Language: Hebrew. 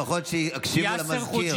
לפחות שיקשיבו למזכיר.